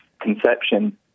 conception